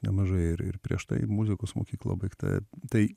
nemažai ir ir prieš tai muzikos mokykla baigta tai